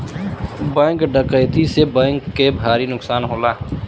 bank डकैती से bank के भारी नुकसान होला